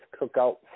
Cookout